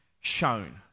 shown